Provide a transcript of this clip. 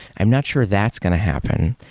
i'm not sure that's going to happen,